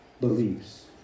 beliefs